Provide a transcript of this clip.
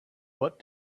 what